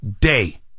day